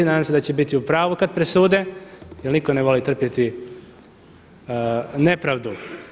Nadam se da će biti u pravu kad presude jer nitko ne voli trpjeti nepravdu.